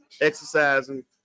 Exercising